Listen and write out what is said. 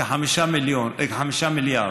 כ-5 מיליארד.